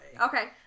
Okay